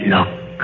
Look